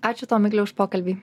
ačiū tau migle už pokalbį